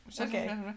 Okay